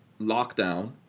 lockdown